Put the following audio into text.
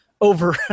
over